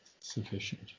sufficient